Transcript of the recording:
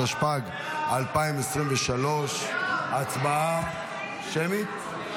התשפ"ג 2023. הצבעה שמית,